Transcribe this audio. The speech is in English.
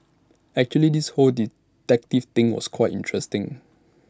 actually this whole detective thing was quite exciting